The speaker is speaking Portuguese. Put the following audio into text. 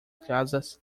casas